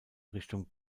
richtung